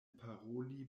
paroli